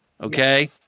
okay